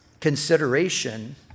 consideration